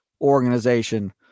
organization